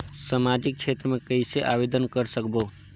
समाजिक क्षेत्र मे कइसे आवेदन कर सकबो?